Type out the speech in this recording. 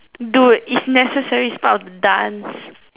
dude it is necessary it is part of the dance